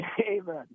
Amen